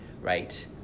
right